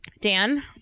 Dan